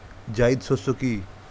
জায়িদ শস্য কি?